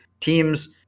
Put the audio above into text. teams